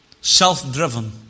self-driven